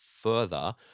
further